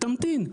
תמתין".